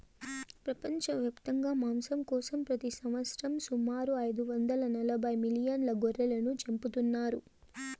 ప్రపంచవ్యాప్తంగా మాంసం కోసం ప్రతి సంవత్సరం సుమారు ఐదు వందల నలబై మిలియన్ల గొర్రెలను చంపుతున్నారు